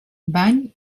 bany